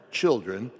children